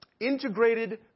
integrated